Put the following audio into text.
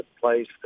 place